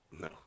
No